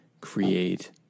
create